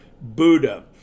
Buddha